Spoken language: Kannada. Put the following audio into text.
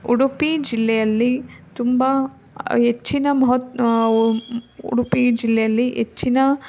ಉಡುಪಿ ಜಿಲ್ಲೆಯಲ್ಲಿ ತುಂಬ ಹೆಚ್ಚಿನ ಮಹತ್ ಉಡುಪಿ ಜಿಲ್ಲೆಯಲ್ಲಿ ಹೆಚ್ಚಿನ